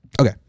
Okay